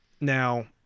Now